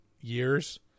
years